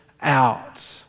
out